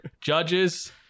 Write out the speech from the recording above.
Judges